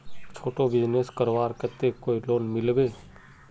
छोटो बिजनेस करवार केते कोई लोन मिलबे?